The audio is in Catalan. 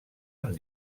amb